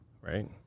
right